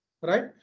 right